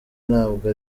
ntabwo